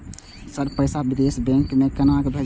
Sir पैसा विदेशी bank में केना भेजबे?